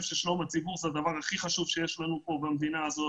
ששלום הציבור זה הדבר הכי חשוב שיש לנו כאן במדינה הזאת.